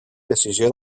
decisió